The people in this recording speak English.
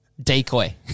Decoy